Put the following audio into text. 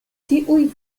tiuj